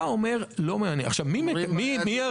אנחנו לא